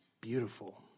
beautiful